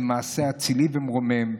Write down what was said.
זה מעשה אצילי ומרומם,